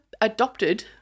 adopted